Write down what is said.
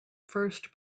first